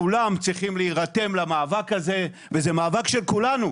כולם צריכים להירתם למאבק הזה וזה מאבק של כולנו,